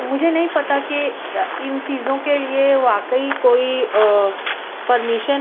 مجھے نہیں پتہ کہ ان چیزوں کے لیے واقعی کوئی پرمیشن